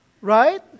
Right